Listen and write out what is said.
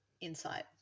insight